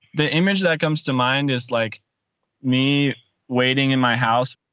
the image that comes to mind is like me waiting in my house,